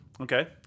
Okay